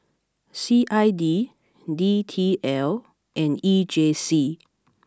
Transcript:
C I D D T L and E J C